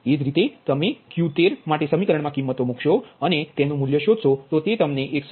એ જ રીતે જો તમે Q13 માટે સમીકરણ મા કિમ્મતો મૂકશો તો તમને તેનુ મૂલ્ય 108